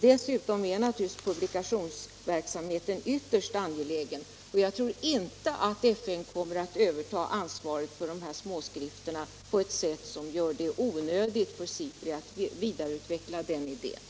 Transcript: Dessutom är naturligtvis publikationsverksamheten ytterst angelägen. Jag tror inte att FN kommer att överta ansvaret för dessa småskrifter på ett sätt som gör det onödigt för SIPRI att vidareutveckla den idén.